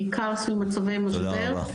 בעיקר סביב מצבי משבר.